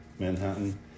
Manhattan